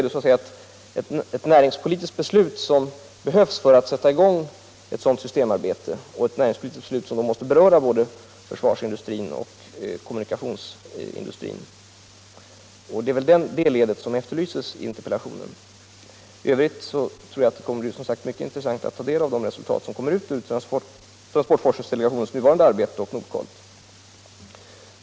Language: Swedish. Det är ett näringspolitiskt beslut som behövs för att sätta i gång ett sådant systemarbete, ett beslut som tar sikte på både försvarsindustrin och kommunikationsindustrin. Det är det ledet som efterlyses i interpellationen. I övrigt tror jag att det kommer att bli mycket intressant att ta del av de kommande resultaten av transportforskningsdelegationens nuvarande arbete och Nordkolt.